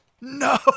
No